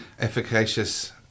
efficacious